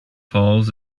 falls